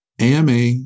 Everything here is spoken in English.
AMA